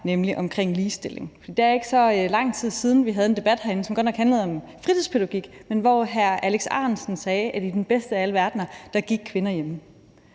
nemlig ligestilling. Det er ikke så lang tid siden, at vi havde en debat herinde, som godt nok handlede om fritidspædagogik, hvor hr. Alex Ahrendtsen sagde, at i den bedste af alle verdener gik kvinder hjemme.